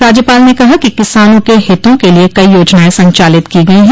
राज्यपाल ने कहा कि किसानों के हितों के लिये कई योजनाएं संचालित की गई है